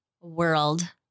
world